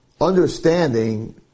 Understanding